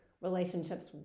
relationships